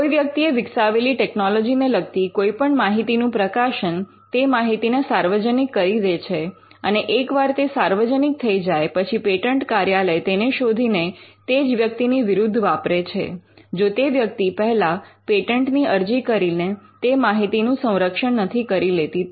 કોઈ વ્યક્તિએ વિકસાવેલી ટેકનોલોજી ને લગતી કોઈપણ માહિતીનું પ્રકાશન તે માહિતીને સાર્વજનિક કરી દે છે અને એક વાર તે સાર્વજનિક થઈ જાય પછી પેટન્ટ કાર્યાલય તેને શોધીને તે જ વ્યક્તિ ની વિરુદ્ધ વાપરે છે જો તે વ્યક્તિ પહેલા પેટન્ટની અરજી કરીને તે માહિતીનું સંરક્ષણ નથી કરી લેતી તો